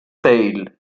tale